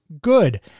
good